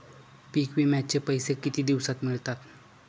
पीक विम्याचे पैसे किती दिवसात मिळतात?